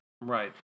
Right